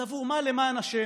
אז בעבור מה, למען השם,